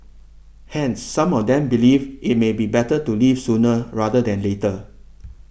hence some of them believe it may be better to leave sooner rather than later